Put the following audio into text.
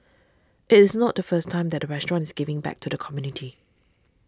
it is not the first time that restaurant is giving back to the community